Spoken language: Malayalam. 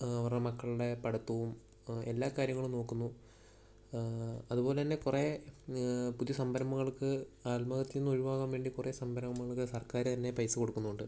അവരെ മക്കളുടെ പഠിത്തവും എല്ലാ കാര്യങ്ങളും നോക്കുന്നു അതുപോലെതന്നെ കുറേ പുതിയ സംരംഭങ്ങൾക്ക് ആത്മഹത്യയിൽ നിന്ന് ഒഴിവാകാൻ വേണ്ടി കുറേ സംരംഭങ്ങൾക്കു സർക്കാർ തന്നെ പൈസ കൊടുക്കുന്നുമുണ്ട്